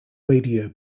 radio